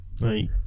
Right